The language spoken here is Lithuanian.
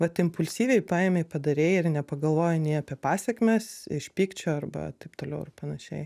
vat impulsyviai paėmei padarei ir nepagalvojai nei apie pasekmes iš pykčio arba taip toliau ir panašiai